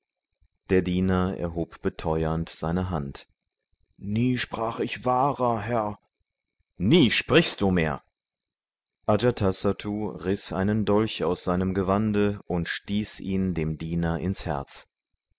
der diener erhob beteuernd seine hand nie sprach ich wahrer herr nie sprichst du mehr ajatasattu riß einen dolch aus seinem gewande und stieß ihn dem diener ins herz